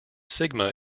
sigma